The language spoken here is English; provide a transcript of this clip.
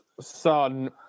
son